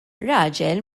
raġel